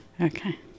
Okay